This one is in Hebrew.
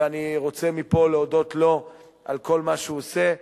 ואני רוצה מפה להודות לו על כל מה שהוא עושה,